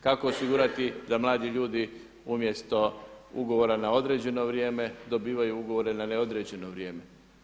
Kako osigurati da mladi ljudi umjesto ugovora na određeno vrijeme dobivaju ugovore na neodređeno vrijeme.